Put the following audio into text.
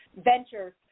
ventures